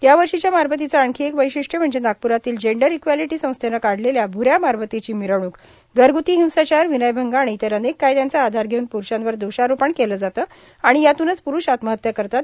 यावर्षीच्या मारबतीचं आणखी एक वैशिष्ट्य म्हणजे नागप्ररातील जेंडर इक्वॅलिटी संस्थेनं काढलेल्या भूऱ्या मारबतीची मिरवणूक घरगुती हिंसाचार विनयभंग आणि इतर अनेक कायद्यांचा आधार घेऊन प्ररूषांवर दोषारोपण केलं जातं आणि यातुनच पुरूष आत्महत्या करतात